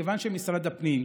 כיוון שמשרד הפנים,